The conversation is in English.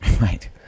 Right